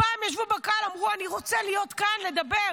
פעם ישבו בקהל, ואמרו: אני רוצה להיות כאן, לדבר.